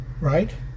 right